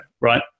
right